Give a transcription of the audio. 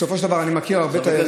בסופו של דבר אני מכיר הרבה תיירים,